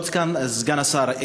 כבוד סגן השר,